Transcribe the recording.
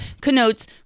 connotes